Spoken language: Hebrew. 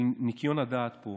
בשביל ניקיון הדעת פה,